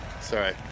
sorry